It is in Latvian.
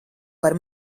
par